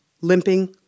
limping